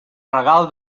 regal